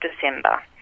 December